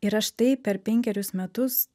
ir aš tai per penkerius metus